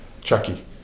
Chucky